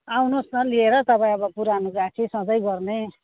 आउनु होस् न लिएर तपाईँ अब पुरानो गाहकी सधैँ गर्ने